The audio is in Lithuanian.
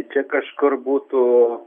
čia kažkur butų